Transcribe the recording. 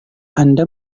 anda